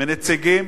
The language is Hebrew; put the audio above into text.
מנציגים,